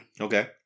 Okay